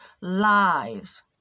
lives